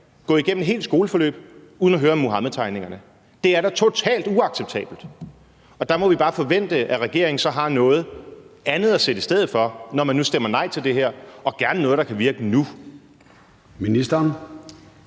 gå igennem et helt skoleforløb uden at høre om Muhammedtegningerne. Det er da totalt uacceptabelt! Og der må vi bare forvente, at regeringen så har noget andet at sætte i stedet, når man nu stemmer nej til det her – og gerne noget, der kan virke nu.